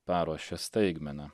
paruošė staigmeną